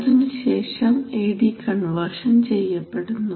അതിനുശേഷം A D conversion ചെയ്യപ്പെടുന്നു